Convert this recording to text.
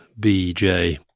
BJ